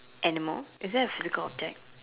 animal is that a physical object